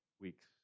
weeks